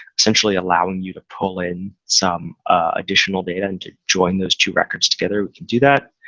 essentially allowing you to pull in some additional data and to join those two records together, we can do that.